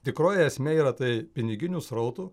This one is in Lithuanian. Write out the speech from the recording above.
tikroji esmė yra tai piniginių srautų